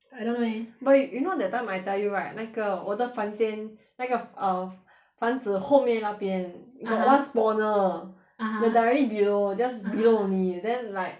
I don't like eh but you you know that time I tell you right 那个我的房间那个 err 房子后面那边 (uh huh) got one spawner the directly below just below only then like